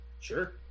Sure